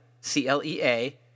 C-L-E-A